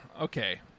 Okay